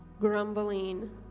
grumbling